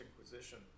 Inquisition